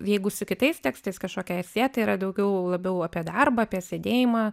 jeigu su kitais tekstais kažkokiais siet tai yra daugiau labiau apie darbą apie sėdėjimą